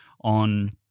on